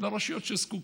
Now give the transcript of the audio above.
הרשויות שזקוקות.